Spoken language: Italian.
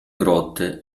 grotte